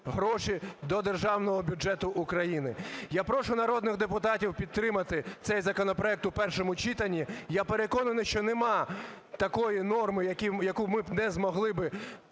гроші до державного бюджету України. Я прошу народних депутатів підтримати цей законопроект в першому читанні. Я переконаний, що немає такої норми, яку б ми не змогли